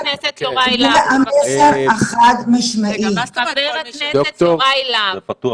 ח"כ יוראי להב, בבקשה.